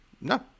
No